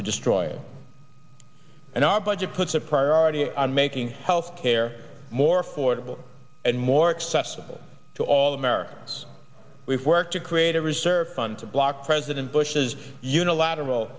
to destroy us and our budget puts a priority on making health care more affordable and more accessible to all americans we work to create a reserve fund to block president bush's unilateral